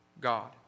God